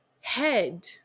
head